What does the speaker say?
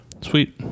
Sweet